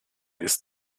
ist